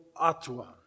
atua